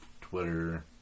Twitter